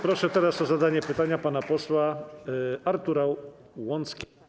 Proszę teraz o zadanie pytania pana posła Artura Łąckiego.